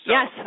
Yes